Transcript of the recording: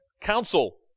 counsel